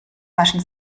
waschen